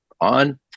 on